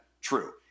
true